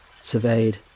surveyed